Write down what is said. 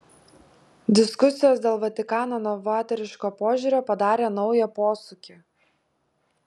diskusijos dėl vatikano novatoriško požiūrio padarė naują posūkį